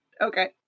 okay